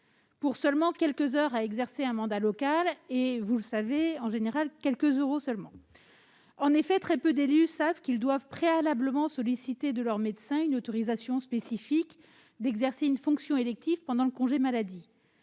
pour seulement quelques heures passées à exercer un mandat local- et, comme vous le savez, pour une indemnité de quelques euros seulement ... En effet, très peu d'élus savent qu'ils doivent préalablement solliciter auprès de leur médecin une autorisation spécifique d'exercer une fonction élective pendant le congé maladie.